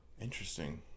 Interesting